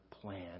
plan